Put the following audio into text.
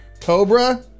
Cobra